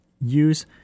use